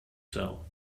cell